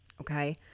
Okay